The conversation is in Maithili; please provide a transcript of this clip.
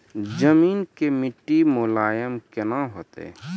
जमीन के मिट्टी मुलायम केना होतै?